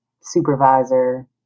supervisor